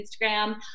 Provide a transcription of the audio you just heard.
Instagram